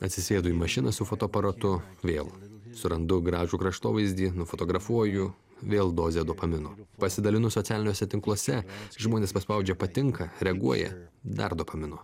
atsisėdu į mašiną su fotoaparatu vėl surandu gražų kraštovaizdį nufotografuoju vėl dozė dopamino pasidalinu socialiniuose tinkluose žmonės paspaudžia patinka reaguoja dar dopamino